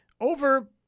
over